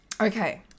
Okay